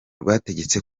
rwategetse